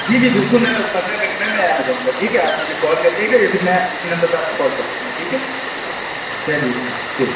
جی جی بالکل میں بس پندرہ منٹ میں میں آ جاؤں گا ٹھیک ہے آپ مجھے کال کر لیجیے گا یا پھر میں اسی نمبر پہ آپ کو کال کر لوں گا ٹھیک ہے چلیے ٹھیک ٹھیک